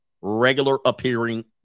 regular-appearing